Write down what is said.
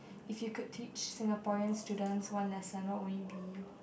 if you could teach Singaporean students one lesson what will it be